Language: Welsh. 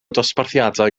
dosbarthiadau